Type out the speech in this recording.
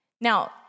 Now